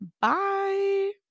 Bye